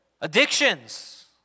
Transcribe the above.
Addictions